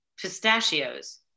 pistachios